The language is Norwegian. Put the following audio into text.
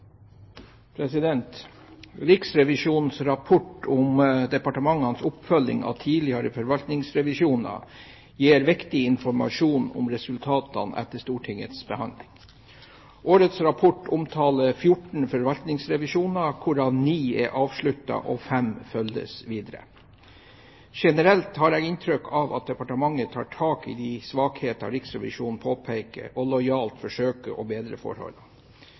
1. Riksrevisjonens rapport om departementenes oppfølging av tidligere forvaltningsrevisjoner gir viktig informasjon om resultatene etter Stortingets behandling. Årets rapport omtaler 14 forvaltningsrevisjoner, hvorav ni er avsluttet og fem følges videre. Generelt har jeg inntrykk av at departementet tar tak i de svakheter Riksrevisjonen påpeker og lojalt forsøker å bedre